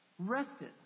rested